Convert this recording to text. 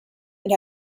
and